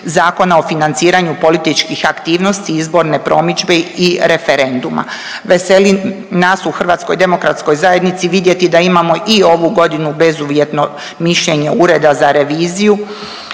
Zakona o financiranju političkih aktivnosti, izborne promidžbe i referenduma. Veseli nas u HDZ-u vidjeti da imamo i ovu godinu bezuvjetno mišljenje Ureda za reviziju